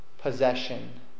Possession